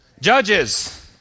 Judges